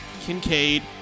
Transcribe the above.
Kincaid